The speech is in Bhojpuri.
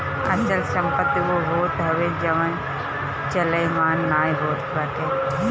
अचल संपत्ति उ होत हवे जवन चलयमान नाइ होत बाटे